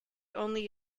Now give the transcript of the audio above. only